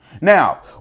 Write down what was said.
Now